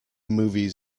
movies